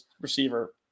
receiver